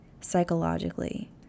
psychologically